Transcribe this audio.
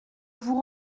vous